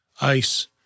ice